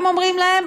הם אומרים להם,